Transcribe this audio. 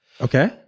Okay